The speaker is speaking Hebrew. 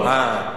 לא.